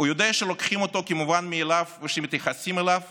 הוא יודע שלוקחים אותו כמובן מאליו ושמתייחסים אליו